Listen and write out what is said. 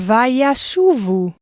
Vayashuvu